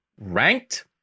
ranked